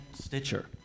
Stitcher